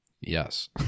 Yes